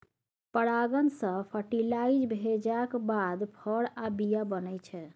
परागण सँ फर्टिलाइज भेलाक बाद फर आ बीया बनै छै